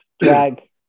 drag